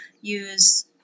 use